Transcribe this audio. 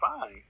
fine